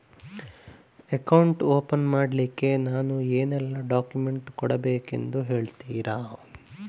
Account open ಮಾಡ್ಲಿಕ್ಕೆ ನಾವು ಏನೆಲ್ಲ ಡಾಕ್ಯುಮೆಂಟ್ ಕೊಡಬೇಕೆಂದು ಹೇಳ್ತಿರಾ?